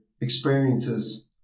experiences